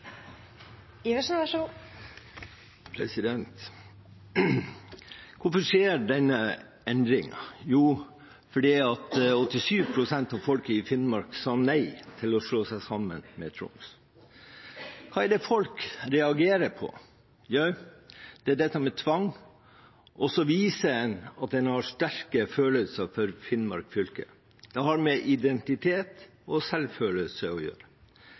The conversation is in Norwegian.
Hvorfor skjer denne endringen? Jo, fordi 87 pst. av befolkningen i Finnmark sa nei til å slå seg sammen med Troms. Hva reagerer folk på? Jo, det er dette med tvang, og så viser en at en har sterke følelser for Finnmark fylke. Det har med identitet og selvfølelse å gjøre.